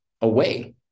away